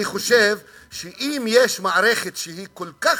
אני חושב שאם יש מערכת שהיא כל כך